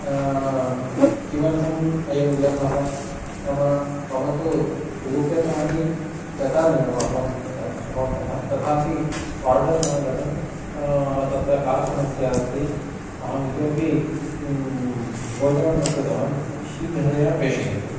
किमर्थ्ं अयं विलम्बः नाम मम तु रूप्यकाणि गतानि मम अकौण्ट् तः अकौण्ट् तः तथापि आर्डर् नागतं तत्र का समस्या अस्ति अहं इतोपि भोजनं न कृतवान् शीघ्रतया प्रेषयन्तु